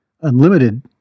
unlimited